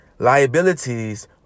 Liabilities